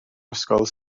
ysgol